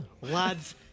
lads